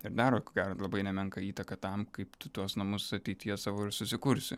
ir daro ko gero labai nemenką įtaką tam kaip tu tuos namus ateities savo ir susikursi